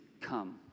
come